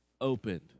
opened